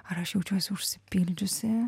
ar aš jaučiuosi užsipildžiusi